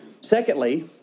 Secondly